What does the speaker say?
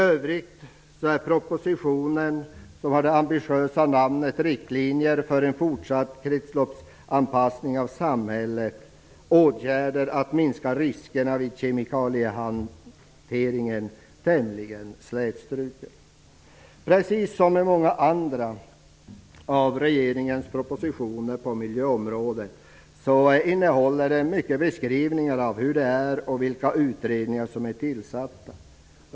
I övrigt är propositionen, som har det ambitiösa namnet Riktlinjer för en fortsatt kretsloppsanpassning av samhället -- åtgärder för att minska riskerna vid kemikaliehanteringen, tämligen slätstruket. Precis som många andra av regeringens propositioner på miljöområdet innehåller den mycket av beskrivningar av hur det är och vilka utredningar som är tillsatta.